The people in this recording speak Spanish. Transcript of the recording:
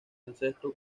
ancestro